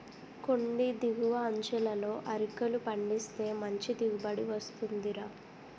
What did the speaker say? కొండి దిగువ అంచులలో అరికలు పండిస్తే మంచి దిగుబడి వస్తుందిరా